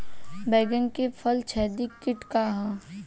बैंगन में फल छेदक किट का ह?